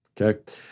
Okay